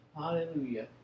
Hallelujah